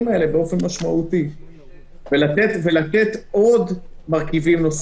האלה באופן משמעותי ולתת עוד מרכיבים.